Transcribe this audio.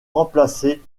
remplacer